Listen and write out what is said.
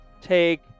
Take